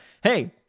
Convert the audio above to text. Hey